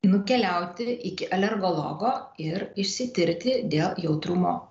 nukeliauti iki alergologo ir išsitirti dėl jautrumo